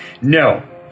No